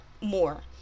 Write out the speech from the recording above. more